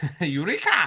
Eureka